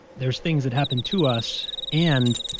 there's things that happen to us and